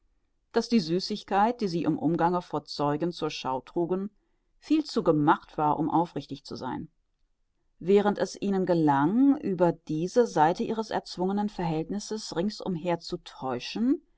daß die süßigkeit die sie im umgange vor zeugen zur schau trugen viel zu gemacht war um aufrichtig zu sein während es ihnen gelang über diese seite ihres erzwungenen verhältnisses rings umher zu täuschen